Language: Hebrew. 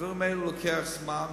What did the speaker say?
הדברים האלו לוקחים זמן.